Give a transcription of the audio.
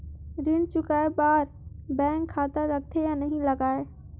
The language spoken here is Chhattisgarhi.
ऋण चुकाए बार बैंक खाता लगथे या नहीं लगाए?